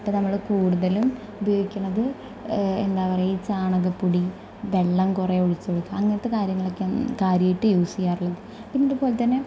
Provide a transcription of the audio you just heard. അപ്പം നമ്മൾ കൂടുതലും ഉപയോഗിക്കുന്നത് എന്താണ് പറയുക ഈ ചാണകപ്പൊടി വെള്ളം കുറേ ഒഴിച്ചത് അങ്ങനത്തെ കാര്യങ്ങളൊക്കെ കാര്യമായിട്ട് യൂസ് ചെയ്യാറുള്ളത് പിന്നെ അത് പോലെത്തന്നെ